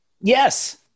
Yes